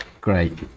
Great